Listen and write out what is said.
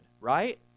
right